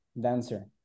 dancer